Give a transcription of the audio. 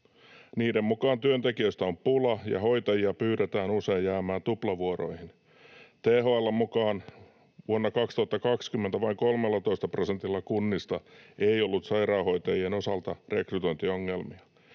Niiden mukaan työntekijöistä on pula ja hoitajia pyydetään usein jäämään tuplavuoroihin. THL:n mukaan vuonna 2020 vain 13 prosentilla kunnista ei ollut sairaanhoitajien osalta rekrytointiongelmia,